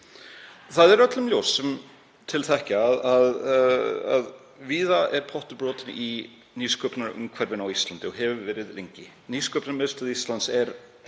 Það er öllum ljóst sem til þekkja að víða er pottur brotinn í nýsköpunarumhverfi á Íslandi og hefur verið lengi. Nýsköpunarmiðstöð Íslands er